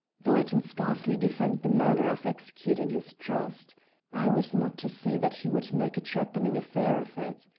though i can scarcely defend the manner of executing his trust i was not to see that he would make a trepanning affair of it.